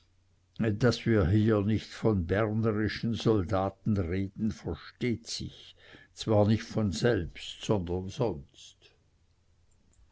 daß wir hier nicht von bernerischen soldaten reden versteht sich zwar nicht von selbst sondern sonst